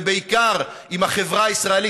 ובעיקר עם החברה הישראלית,